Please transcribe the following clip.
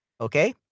Okay